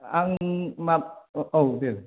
आं माबा औ दे